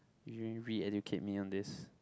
you re-educate me on this